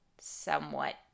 somewhat